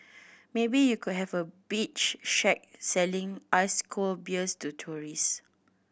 maybe you could have a beach shack selling ice cold beers to tourist